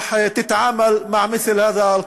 מתמודדת עם חוק מעין זה.)